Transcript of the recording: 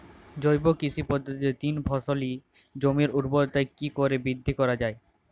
জৈব কৃষি পদ্ধতিতে তিন ফসলী জমির ঊর্বরতা কি করে বৃদ্ধি করা য়ায়?